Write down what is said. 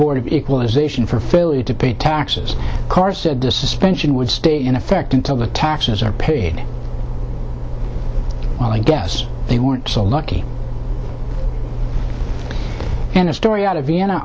board of equalization for failure to pay taxes carr said the suspension would stay in effect until the taxes are paid well i guess they weren't so lucky and a story out of vienna